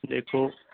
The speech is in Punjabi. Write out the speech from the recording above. ਦੇਖੋ